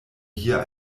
hier